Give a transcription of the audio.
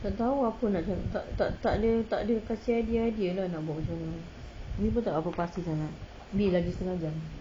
tak tahu apa nak tak tak takde kasih idea lah nak buat macam mana umi pun tak berapa pasti sangat baby lagi setengah jam